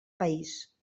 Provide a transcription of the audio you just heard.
país